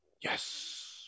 Yes